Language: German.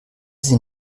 sie